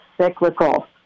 cyclical